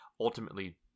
ultimately